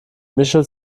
michel